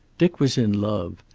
dick was in love.